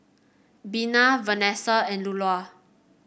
Bena Venessa and Lulla